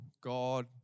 God